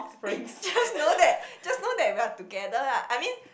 just know that just know that we are together lah I mean